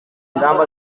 ingamba